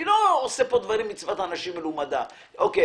אני לא עושה פה דברים מצוות אנשים מלומדה: אוקיי,